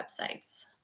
websites